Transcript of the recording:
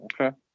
Okay